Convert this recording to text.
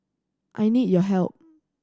I need your help